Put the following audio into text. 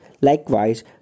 Likewise